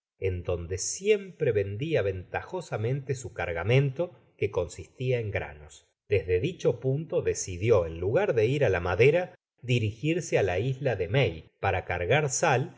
en donde siempre vendia ventajosamente su cargamento que consistía en granos desde dicho punto decidió en lugar de ir á la madera dirigirse á la isla de may para cargar sal y